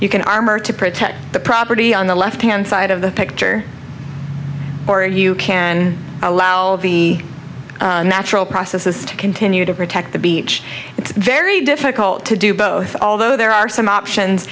you can armor to protect the property on the left hand side of the picture or you can allow the natural processes to continue to protect the beach it's very difficult to do both although there are some options